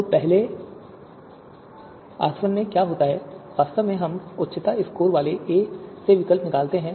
तो पहले आसवन में क्या होता है वास्तव में हम उच्चतम योग्यता स्कोर वाले ए से विकल्प निकालते हैं